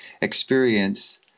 experience